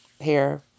hair